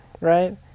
right